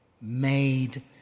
made